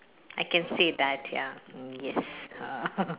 I can say that ya yes uh